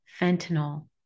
fentanyl